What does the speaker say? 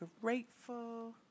grateful